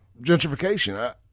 gentrification